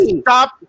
stop